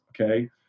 Okay